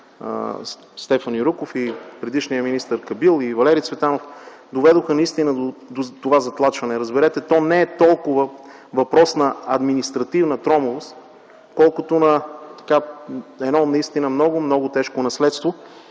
Стефан Юруков и предишният министър Кадил, и Валери Цветанов - доведоха до това затлачване. Разберете, то не е толкова въпрос на административна тромавост, колкото на едно наистина много, много тежко наследство.